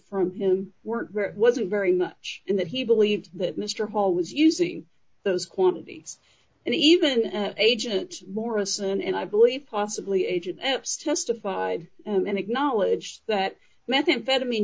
from him were wasn't very much and that he believed that mr hall was using those quantities and even agent morris and i believe possibly agent epps testified and acknowledged that methamphetamine